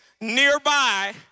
nearby